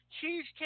cheesecake